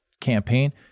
campaign